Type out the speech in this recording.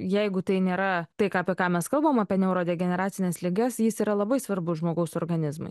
jeigu tai nėra tai ką apie ką mes kalbam apie neurodegeneracines ligas jis yra labai svarbus žmogaus organizmui